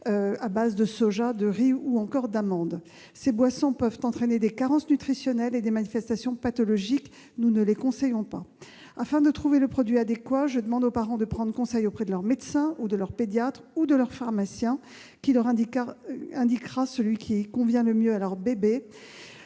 abusivement présentés comme du lait. Ces boissons peuvent entraîner des carences nutritionnelles et des manifestations pathologiques. Nous ne les conseillons pas. Afin de trouver le produit adéquat, je demande aux parents de prendre conseil auprès de leur médecin, de leur pédiatre ou de leur pharmacien, qui leur indiquera ce qui convient le mieux à leur bébé.